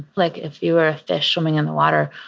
like, if you were a fish swimming in the water,